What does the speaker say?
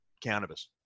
cannabis